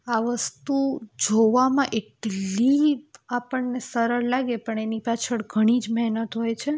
આ વસ્તુ જોવામાં એટલી આપણને સરળ લાગે પણ એની પાછળ ઘણી જ મહેનત હોય છે